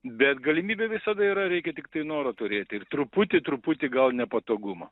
bet galimybė visada yra reikia tiktai noro turėti ir truputį truputį gal nepatogumą